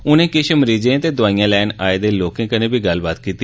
उनें किष मरीजें ते दौआईयां लैन आयें दे लोकें कन्ने बी गल्लबात कीती